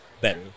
better